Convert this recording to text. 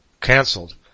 cancelled